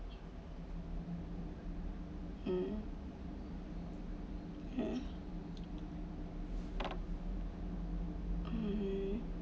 um um mm